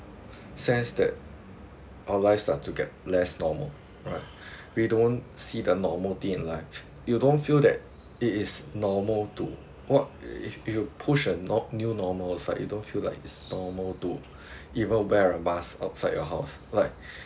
sense that our lives start to get less normal alright we don't see the normality in life you don't feel that it is normal to what if you if you push a no~ new normals lah you don't feel like is normal to even wear a mask outside your house like